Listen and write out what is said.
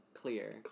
Clear